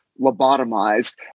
lobotomized